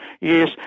Yes